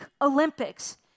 Olympics